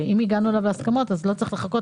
אם הגענו בו להסכמות אז לא צריך לחכות,